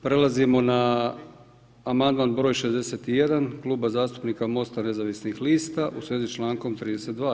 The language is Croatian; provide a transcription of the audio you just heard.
Prelazimo na amandman broj 61 Kluba zastupnika Mosta nezavisnih lista u svezi s člankom 32.